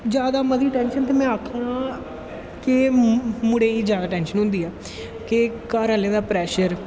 जादा मतलव टैंशन ते में आक्खां कि मुड़ें गी जादा टैंशन होंदी ऐ इकघर आह्लें दा प्रैशर